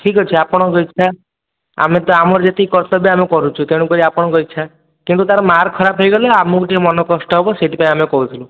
ଠିକ୍ ଅଛି ଆପଣଙ୍କ ଇଚ୍ଛା ଆମେ ତ ଆମର ତ ଯେତିକି କର୍ତ୍ତବ୍ୟ ଆମେ କରୁଛୁ ତେଣୁ କରି ଆପଣଙ୍କ ଇଚ୍ଛା କିନ୍ତୁ ତା'ର ମାର୍କ ଖରାପ ହେଇଗଲେ ଆମକୁ ଟିକେ ମନ କଷ୍ଟ ହବ ସେଥିପାଇଁ ଆମେ କହୁଛୁ